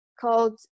called